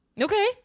Okay